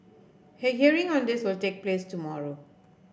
a hearing on this will take place tomorrow